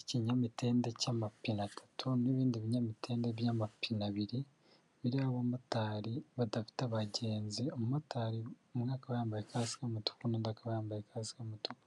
ikinyamitende cy'amapina atatu n'ibindi binyamitende by'amapine abiri, biriho abamotari badafite abagenzi, umumotari umwe akaba yambaye kasike y'umutuku n'undi akaba yambaye kasike y'umutuku.